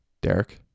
Derek